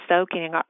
soaking